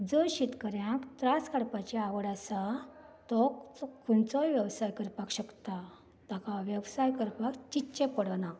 जर शेतकऱ्यांक त्रास काडपाची आवड आसा तो खंयचोय वेवसाय करपाक शकता ताका वेवसाय करपाक चिंतचें पडना